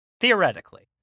Theoretically